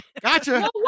Gotcha